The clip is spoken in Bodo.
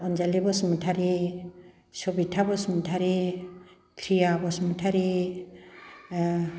अन्जालि बसुमथारि सबिथा बसुमथारि फ्रिया बसुमथारि